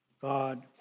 God